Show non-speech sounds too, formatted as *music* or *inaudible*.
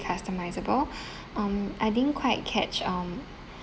customisable *breath* um I didn't quite catch um